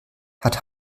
hat